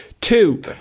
Two